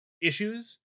issues